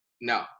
No